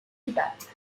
étapes